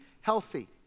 healthy